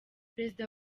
perezida